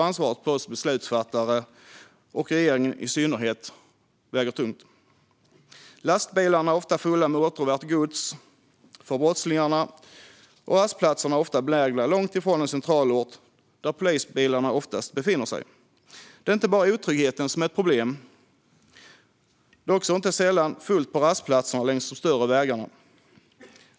Ansvaret på oss beslutsfattare, och på regeringen i synnerhet, väger tungt. Lastbilarna är ofta fulla med för brottslingarna åtråvärt gods, och rastplatserna är ofta belägna långt ifrån den centralort där polisbilarna oftast befinner sig. Det är inte bara otryggheten som är ett problem, utan det är inte sällan fullt på rastplatserna längs de större vägarna.